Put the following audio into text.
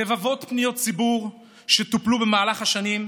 רבבות פניות ציבור שטופלו במהלך השנה,